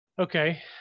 Okay